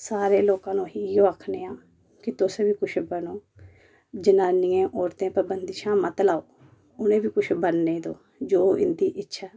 सारे लोकें नूं अहीं इयै आखने आं कि तुस बी कुछ बनो जनानियां औरतें पर बंदिशां मत लाओ उनेंगी कुछ बनने दो जो उंदी इच्छा ऐ